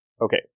Okay